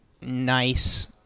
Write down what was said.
nice